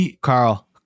Carl